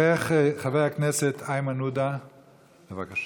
יברך חבר הכנסת איימן עודה, בבקשה.